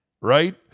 right